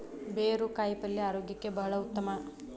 ಬೇರು ಕಾಯಿಪಲ್ಯ ಆರೋಗ್ಯಕ್ಕೆ ಬಹಳ ಉತ್ತಮ